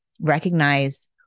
recognize